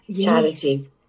charity